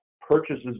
purchases